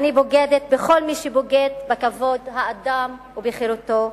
אני בוגדת בכל מי שבוגד בכבוד האדם ובחירותו.